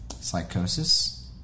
psychosis